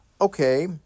Okay